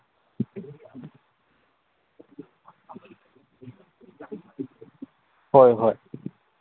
ꯍꯣꯏ ꯍꯣꯏ